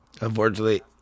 unfortunately